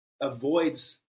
avoids